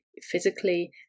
physically